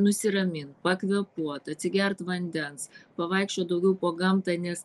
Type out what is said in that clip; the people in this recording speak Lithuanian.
nusiramint pakvėpuot atsigert vandens pavaikščiot daugiau po gamtą nes